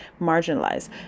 marginalized